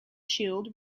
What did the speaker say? shield